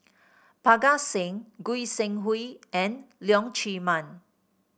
Parga Singh Goi Seng Hui and Leong Chee Mun